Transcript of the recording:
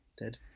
Dead